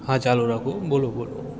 હા ચાલુ રાખો બોલું ઊભો રે